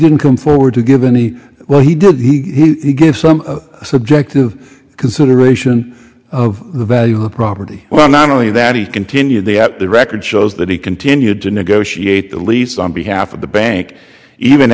can come forward to give any well he did he give some subjective consideration of the value of the property well not only that he continued the at the record shows that he continued to negotiate the lease on behalf of the bank even